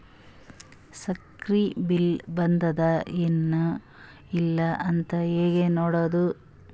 ಸಕ್ರಿ ಬಿಲ್ ಬಂದಾದ ಏನ್ ಇಲ್ಲ ಅಂತ ಹೆಂಗ್ ನೋಡುದು?